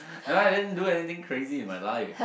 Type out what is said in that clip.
no I didn't do anything crazy in my life